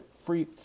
free